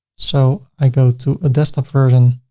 so i go to a desktop version.